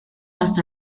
las